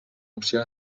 opció